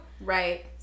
Right